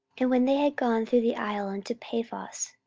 and when they had gone through the isle unto paphos,